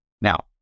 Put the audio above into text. Now